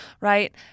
right